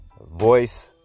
Voice